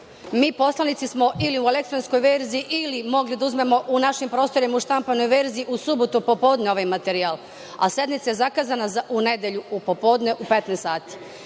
Mi poslanici smo ili u elektronskoj verziji ili mogli da uzmemo u našim prostorima u štampanoj verziji u subotu popodne ovaj materijal, a sednica je zakazana u nedelju popodne u 15 sati. Da